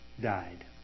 died